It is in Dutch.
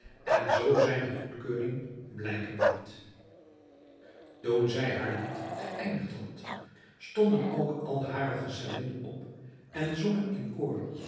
en zoo zijne goedkeuring blijken liet toen zij haar lied geeindigd had stonden ook al hare gezellinnen op en zongen in